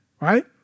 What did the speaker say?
right